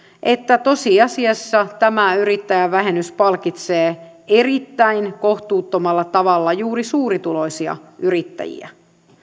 että tosiasiassa tämä yrittäjävähennys palkitsee erittäin kohtuuttomalla tavalla juuri suurituloisia yrittäjiä